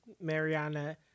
Mariana